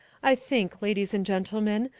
i think, ladies and gentlemen,